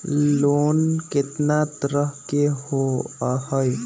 Loan केतना तरह के होअ हई?